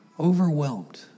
Overwhelmed